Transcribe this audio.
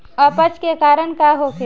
अपच के कारण का होखे?